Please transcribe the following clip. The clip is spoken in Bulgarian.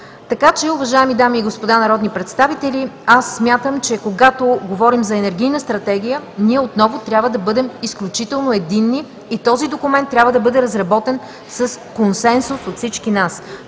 цени. Уважаеми дами и господа народни представители, смятам, че когато говорим за енергийна стратегия, ние отново трябва да бъдем изключително единни и този документ трябва да бъде разработен с консенсус от всички нас.